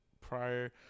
prior